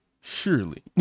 surely